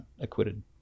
Acquitted